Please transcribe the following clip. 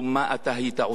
מה אתה היית עושה,